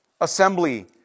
assembly